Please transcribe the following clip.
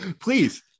Please